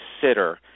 consider